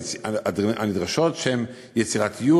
שהן יצירתיות,